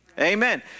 Amen